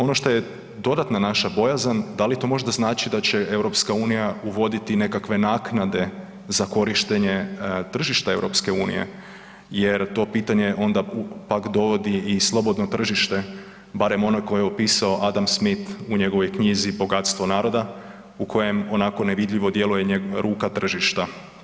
Ono što je dodatna naša bojazan da li to možda znači da će EU uvoditi nekakve naknade za korištenje tržišta EU jer to pitanje onda pak dovodi i slobodno tržište barem ono koje je opisao Adam Smith u njegovoj knjizi „Bogatstvo naroda“ u kojem onako nevidljivo djeluje ruka tržišta.